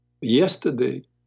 Yesterday